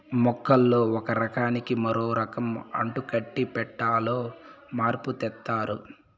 మొక్కల్లో ఒక రకానికి మరో రకం అంటుకట్టి పెట్టాలో మార్పు తెత్తారు